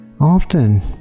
Often